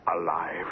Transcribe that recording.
alive